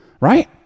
right